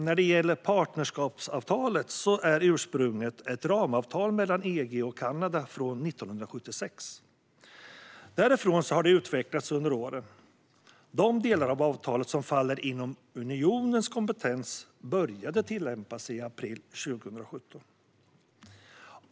När det gäller partnerskapsavtalet är ursprunget ett ramavtal mellan EG och Kanada från 1976. Därifrån har det utvecklats under åren. De delar av avtalet som faller inom unionens kompetens började tillämpas i april 2017.